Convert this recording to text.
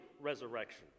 resurrection